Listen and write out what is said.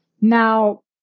Now